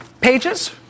pages